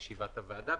בישיבת הוועדה.